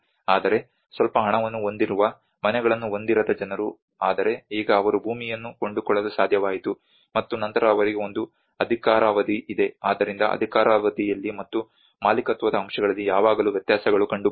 ಆದರೆ ಸ್ವಲ್ಪ ಹಣವನ್ನು ಹೊಂದಿರುವ ಮನೆಗಳನ್ನು ಹೊಂದಿರದ ಜನರು ಆದರೆ ಈಗ ಅವರು ಭೂಮಿಯನ್ನು ಕೊಂಡುಕೊಳ್ಳಲು ಸಾಧ್ಯವಾಯಿತು ಮತ್ತು ನಂತರ ಅವರಿಗೆ ಒಂದು ಅಧಿಕಾರಾವಧಿ ಇದೆ ಆದ್ದರಿಂದ ಅಧಿಕಾರಾವಧಿಯಲ್ಲಿ ಮತ್ತು ಮಾಲೀಕತ್ವದ ಅಂಶಗಳಲ್ಲಿ ಯಾವಾಗಲೂ ವ್ಯತ್ಯಾಸಗಳು ಕಂಡುಬರುತ್ತವೆ